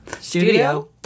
studio